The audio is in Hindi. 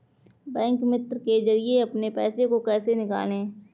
बैंक मित्र के जरिए अपने पैसे को कैसे निकालें?